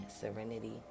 serenity